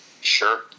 Sure